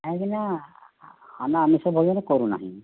କାହିଁକିନା ଆମେ ଆମିଷ ଭୋଜନ କରୁନାହୁଁ